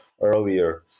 earlier